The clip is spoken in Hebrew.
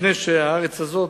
מפני שהארץ הזאת,